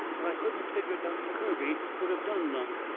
but i couldn't figger doctor kirby would of done none.